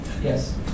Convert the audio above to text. Yes